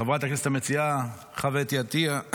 חברת הכנסת המציעה חוה אתי עטייה,